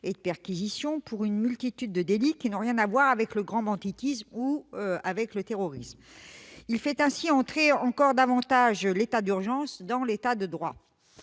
et de perquisition pour une multitude de délits qui n'ont rien à voir avec le grand banditisme ou le terrorisme. Il fait ainsi entrer encore davantage l'état d'urgence dans l'État de droit.